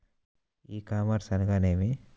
ఈ కామర్స్ అనగా నేమి?